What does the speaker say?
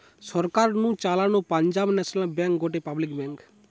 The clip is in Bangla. সরকার নু চালানো পাঞ্জাব ন্যাশনাল ব্যাঙ্ক গটে পাবলিক ব্যাঙ্ক